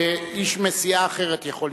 איש מסיעה אחרת יכול לשאול.